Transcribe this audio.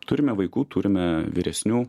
turime vaikų turime vyresnių